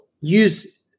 use